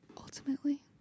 Ultimately